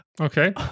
Okay